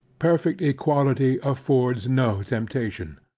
perfect equality affords no temptation.